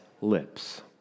lips